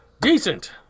decent